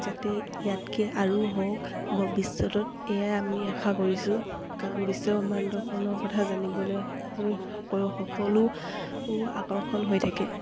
যাতে ইয়াতকৈ আৰু হওক ভৱিষ্যতত এয়াই আমি আশা কৰিছোঁ কাৰণ বিশ্বব্ৰক্ষ্মাণ্ডখনৰ কথা জানিবলৈ সকলো সকলো আকৰ্ষণ হৈ থাকে